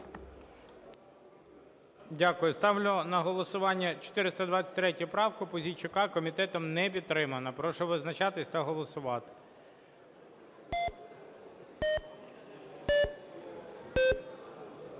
Дякую. Ставлю на голосування 423 правку Пузійчука. Комітетом не підтримана. Прошу визначатись та голосувати.